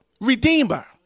Redeemer